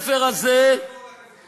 הם לא יבואו לקזינו.